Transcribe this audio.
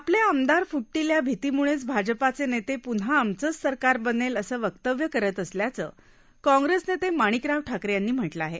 आपले आमदार फुटतील या भीतीमुळेच भाजपाचे नेते पुन्हा आमचंच सरकार बनेल असं वक्तव्य करत असल्याचं काँग्रेस नेते माणिकराव ठाकरे यांनी म्हटलं आहे